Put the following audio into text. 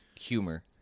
humor